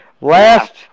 last